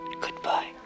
Goodbye